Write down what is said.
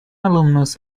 alumnus